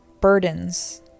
burdens